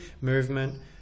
movement